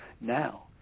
now